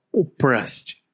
oppressed